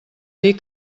dir